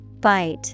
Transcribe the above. Bite